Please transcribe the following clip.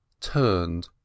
turned